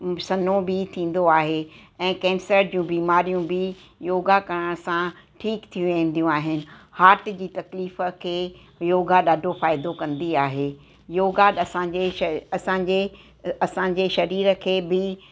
सनो बि थींदो आहे ऐं केंसर जूं बीमारियूं बि योगा करण सां ठीकु थी वेंदियूं आहिनि हार्ट जी तकलीफ़ खे योगा ॾाढो फ़ाइदो कंदी आहे योगा असांजे श असांजे असांजे शरीर खे बि